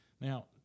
Now